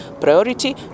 priority